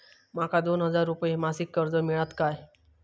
माका दोन हजार रुपये मासिक कर्ज मिळात काय?